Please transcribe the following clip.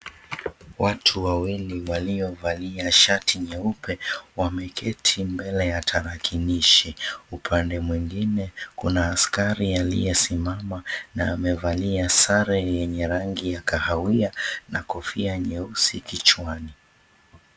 Watu wawili waliovalia shati nyeupe, wameketi mbele ya tarakilishi. Upande mwengine, kuna askari aliyesimama na amevalia sare yenye rangi ya kahawia na kofia nyeusi kichwani.